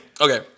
Okay